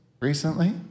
recently